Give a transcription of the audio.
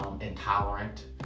Intolerant